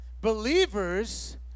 Believers